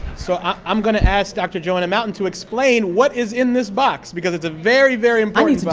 so i'm going to ask dr. joanna mountain to explain what is in this box, because it's a very, very important